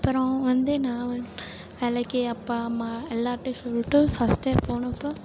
அப்பறம் வந்து நான் வ வேலைக்கு அப்பா அம்மா எல்லார்கிட்டையும் சொல்லட்டு ஃபர்ஸ்ட் டே போனப்போ